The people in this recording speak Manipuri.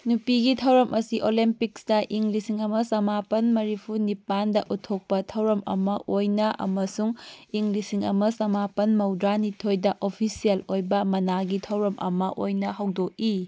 ꯅꯨꯄꯤꯒꯤ ꯊꯧꯔꯝ ꯑꯁꯤ ꯑꯣꯂꯦꯝꯄꯤꯛꯁꯇ ꯏꯪ ꯂꯤꯁꯤꯡ ꯑꯃ ꯆꯃꯥꯄꯜ ꯃꯔꯤꯐꯨ ꯅꯤꯄꯥꯜꯗ ꯎꯠꯊꯣꯛꯄ ꯊꯧꯔꯝ ꯑꯃ ꯑꯣꯏꯅ ꯑꯃꯁꯨꯡ ꯏꯪ ꯂꯤꯁꯤꯡ ꯑꯃ ꯆꯃꯥꯄꯜ ꯃꯧꯗ꯭ꯔꯥꯅꯤꯊꯣꯏꯗ ꯑꯣꯐꯤꯁꯦꯜ ꯑꯣꯏꯕ ꯃꯅꯥꯒꯤ ꯊꯧꯔꯝ ꯑꯃ ꯑꯣꯏꯅ ꯍꯧꯗꯣꯛꯏ